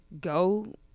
go